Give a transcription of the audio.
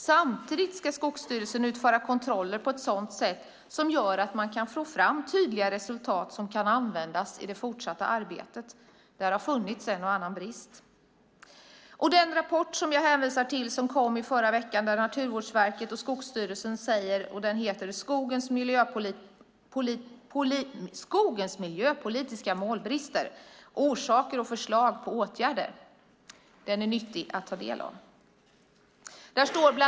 Samtidigt ska Skogsstyrelsen utföra kontroller på ett sådant sätt som gör att man kan få fram tydliga resultat som kan användas i det fortsatta arbetet. Där har det funnits en och annan brist. Den rapport som jag hänvisar till kom i förra veckan från Naturvårdsverket och Skogsstyrelsen. Den heter Skogs och miljöpolitiska mål - brister, orsaker och förslag på åtgärder . Den är nyttig att ta del av.